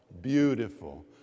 beautiful